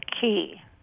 key